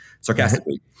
sarcastically